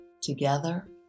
Together